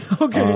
okay